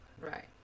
Right